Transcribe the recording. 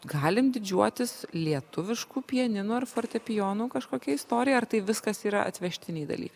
galim didžiuotis lietuviškų pianinų ar fortepijonų kažkokia istorija ar tai viskas yra atvežtiniai dalykai